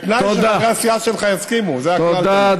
בתנאי שחברי הסיעה שלך יסכימו, תודה.